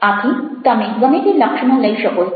આથી તમે ગમે તે લક્ષમાં લઈ શકો છો